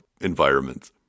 environments